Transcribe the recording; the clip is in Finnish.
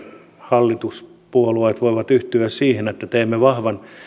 hallituspuolueet voivat yhtyä siihen että teemme vahvan